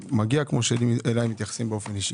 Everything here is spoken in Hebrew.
אישית כפי שאליי מתייחסים באופן אישי.